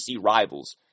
rivals